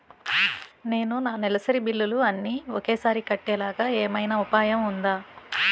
నేను నా నెలసరి బిల్లులు అన్ని ఒకేసారి కట్టేలాగా ఏమైనా ఉపాయం ఉందా?